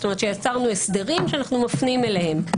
זאת אומרת יצרנו הסדרים שאנחנו מפנים אליהם.